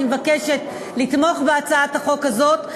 אני מבקשת לתמוך בהצעת החוק הזאת.